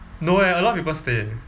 no eh a lot of people stay